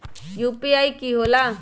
UPI कि होला?